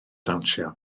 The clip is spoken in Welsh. dawnsio